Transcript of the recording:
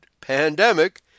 pandemic